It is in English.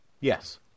Yes